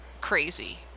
crazy